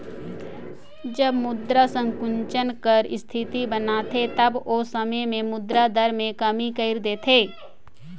जब मुद्रा संकुचन कर इस्थिति बनथे तब ओ समे में मुद्रा दर में कमी कइर देथे